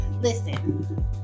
Listen